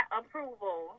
approval